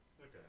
Okay